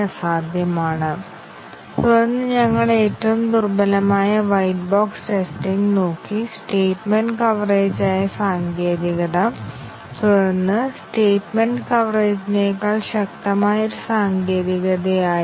അതിനാൽ സ്റ്റേറ്റ്മെന്റിന്റെ സീക്വൻസ് തരം 1 മുതൽ 2 അല്ലെങ്കിൽ 3 ലേക്ക് കൺട്രോൾ ട്രാൻസ്ഫറുകൾ വളരെ അവബോധജന്യമാണ് കൂടാതെ 2 അല്ലെങ്കിൽ 3 പൂർത്തിയായാൽ ഉടൻ തന്നെ അടുത്ത സ്റ്റേറ്റ്മെൻറ്ലേക്ക് പോകും